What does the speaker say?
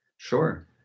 Sure